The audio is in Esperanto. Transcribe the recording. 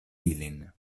ilin